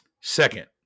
Second